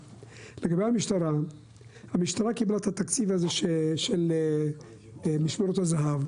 המשטרה קיבלה את התקציב הזה של משמרות הזה"ב.